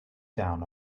down